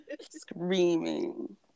Screaming